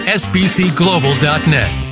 sbcglobal.net